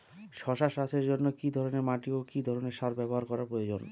শশা চাষের জন্য কি ধরণের মাটি ও কি ধরণের সার ব্যাবহার করা প্রয়োজন?